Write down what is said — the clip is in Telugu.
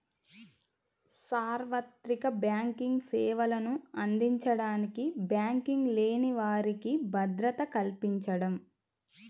సార్వత్రిక బ్యాంకింగ్ సేవలను అందించడానికి బ్యాంకింగ్ లేని వారికి భద్రత కల్పించడం